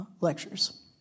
lectures